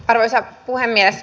arvoisa puhemies